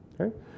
okay